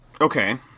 Okay